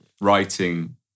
writing